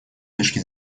точки